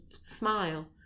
smile